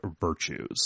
virtues